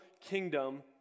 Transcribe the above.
kingdom